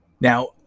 Now